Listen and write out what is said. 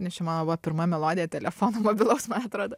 nes čia mano buvo pirma melodija telefono mobilaus man atrodo